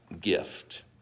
gift